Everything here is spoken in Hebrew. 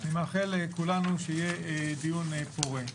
אני מאחל לכולנו שיהיה דיון פורה.